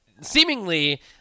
seemingly